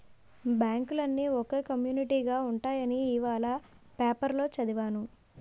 బాంకులన్నీ ఒకే కమ్యునీటిగా ఉంటాయని ఇవాల పేపరులో చదివాను